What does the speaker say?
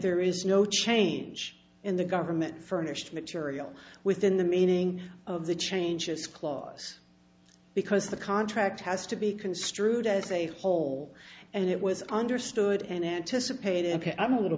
there is no change in the government furnished material within the meaning of the changes clause because the contract has to be construed as a whole and it was understood and anticipated and i'm a little